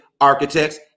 architects